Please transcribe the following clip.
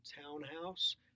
townhouse